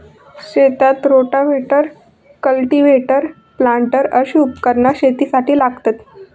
शेतात rotavator, cultivator, planter अशी उपकरणा शेतीसाठी लागतत